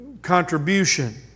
contribution